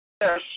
yes